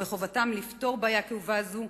שמחובתם לפתור בעיה כאובה זו,